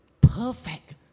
perfect